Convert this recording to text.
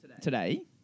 today